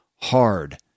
hard